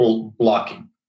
blocking